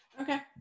Okay